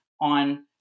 on